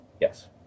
yes